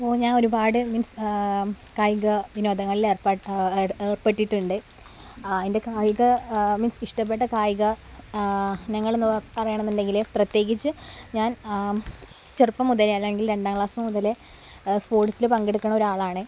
ഓ ഞാനൊരുപാട് മീൻസ് കായിക വിനോദങ്ങളിൽ ഏർപ്പെട്ട ഏർപ്പെട്ടിട്ടുണ്ട് ആ എൻ്റെ കായിക മീൻസ് ഇഷ്ടപ്പെട്ട കായിക ഇനങ്ങളെന്നു പറയുകയാണെന്നുണ്ടെങ്കിൽ പ്രത്യേകിച്ച് ഞാൻ ചെറുപ്പം മുതലേ അല്ലെങ്കിൽ രണ്ടാം ക്ളാസ് മുതലേ സ്പോർട്സിൽ പങ്കെടുക്കണ ഒരാളാണ്